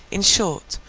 in short,